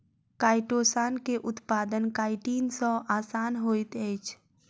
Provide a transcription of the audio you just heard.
chitosan के उत्पादन chitin सॅ आसान होइत अछि